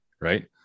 right